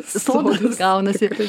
sodas gaunasi taip